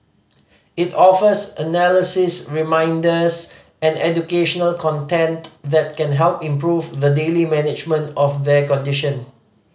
it offers analysis reminders and educational content that can help improve the daily management of their condition